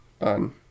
on